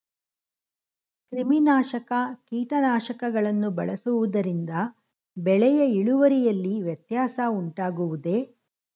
ಕ್ರಿಮಿನಾಶಕ ಕೀಟನಾಶಕಗಳನ್ನು ಬಳಸುವುದರಿಂದ ಬೆಳೆಯ ಇಳುವರಿಯಲ್ಲಿ ವ್ಯತ್ಯಾಸ ಉಂಟಾಗುವುದೇ?